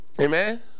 Amen